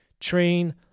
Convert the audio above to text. train